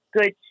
good